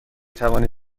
توانی